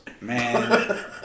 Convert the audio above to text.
Man